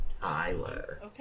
Tyler